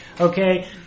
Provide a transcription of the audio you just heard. Okay